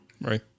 right